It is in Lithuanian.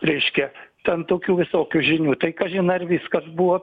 reiškia ten tokių visokių žinių tai kažin ar viskas buvo